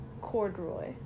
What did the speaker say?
corduroy